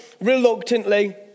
reluctantly